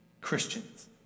Christians